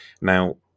Now